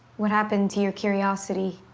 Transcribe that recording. what happened to your curiosity?